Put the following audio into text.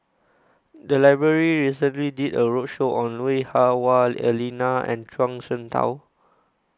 The Library recently did A roadshow on Lui Hah Wah Elena and Zhuang Shengtao